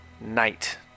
night